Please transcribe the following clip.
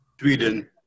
Sweden